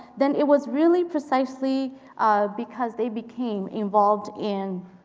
then it was really precisely because they became involved in